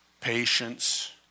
patience